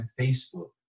Facebook